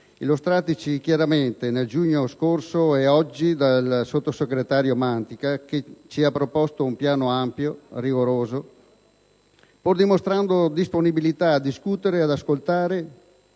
illustrateci chiaramente nel giugno scorso e oggi dal sottosegretario Mantica, che ci ha proposto un piano ampio e rigoroso, pur mostrando disponibilità a discutere ed ascoltare